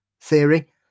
theory